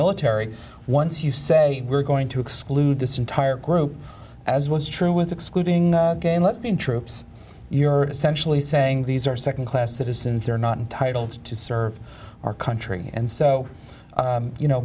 military once you say we're going to exclude this entire group as was true with excluding gay and lesbian troops you're essentially saying these are nd class citizens they're not entitled to serve our country and so you know